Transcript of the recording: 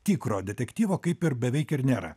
tikro detektyvo kaip ir beveik ir nėra